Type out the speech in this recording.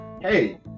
Hey